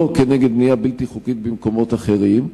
לא כנגד בנייה בלתי חוקית במקומות אחרים.